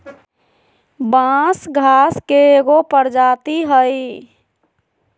बांस घास के एगो प्रजाती हइ